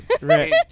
Right